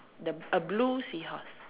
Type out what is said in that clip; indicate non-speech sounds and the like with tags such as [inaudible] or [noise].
the a blue seahorse [noise]